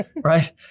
right